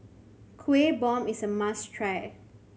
Kueh Bom is a must try